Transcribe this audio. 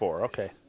okay